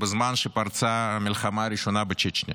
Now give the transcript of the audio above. בזמן שפרצה המלחמה הראשונה בצ'צ'ניה.